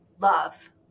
love